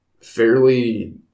fairly